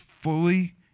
fully